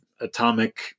atomic